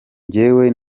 njyewe